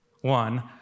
one